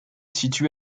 situé